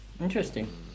Interesting